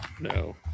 No